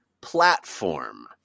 platform